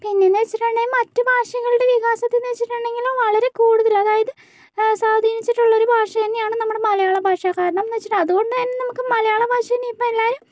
പിന്നെന്നു വെച്ചിട്ടുണ്ടെങ്കിൽ മറ്റു ഭാഷകളുടെ വികാസത്തിൽന്നു വെച്ചിട്ടുണ്ടെങ്കിലും വളരെ കൂടുതൽ അതായത് സ്വാധീനിച്ചിട്ടുള്ളൊരു ഭാഷന്നെയാണ് നമ്മുടെ മലയാള ഭാഷ കാരണംന്നു വെച്ചിട്ടുണ്ടെങ്കിൽ അതുകൊണ്ടുതന്നെ മലയാള ഭാഷേനെ ഇപ്പോൾ എല്ലാവരും